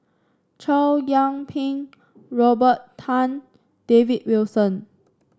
Chow Yian Ping Robert Tan David Wilson